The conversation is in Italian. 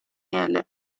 miele